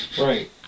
Right